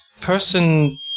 person